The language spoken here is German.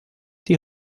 die